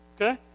okay